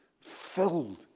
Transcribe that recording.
filled